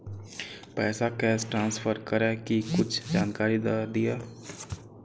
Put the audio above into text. पैसा cash transfer करऐ कि कुछ जानकारी द दिअ